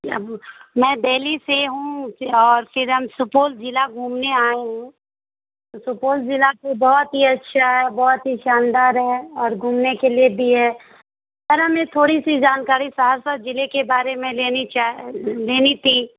اب میں دہلی سے ہوں پھر اور فر ہم سپول ضلع گھومنے آئے ہوں تو سپول ضلع تو بہت ہی اچھا ہے بہت ہی شاندار ہے اور گھومنے کے لیے بھی ہے سر ہمیں تھوری سی جانکاری سہرسہ جلعے کے بارے میں لینی چاہ لینی تھی